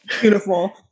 Beautiful